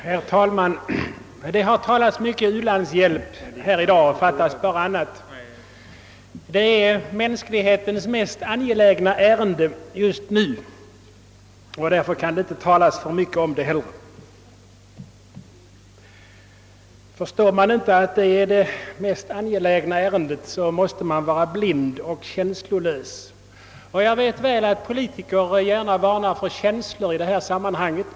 Herr talman! Det har talats mycket om u-landshjälp här i dag — fattas bara annat. Den är mänsklighetens mest angelägna ärende just nu, och därför kan det inte heller talas för mycket om den. Förstår man inte att den är det mest angelägna ärendet måste man vara blind och känslolös. Jag vet väl att politiker gärna varnar för känslor i detta sammanhang.